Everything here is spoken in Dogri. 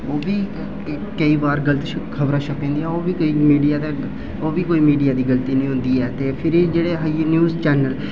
ओह् बी केईं बार गल्त खबरां छपी जंदियां ओह् बी केईं मीडिया दे ओह् बी कोई मीडिया दी गल्ती निं होंदी ऐ ते फिरी जेह्ड़े आइयै न्यूज़ चैनल